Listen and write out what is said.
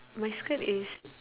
my skirt is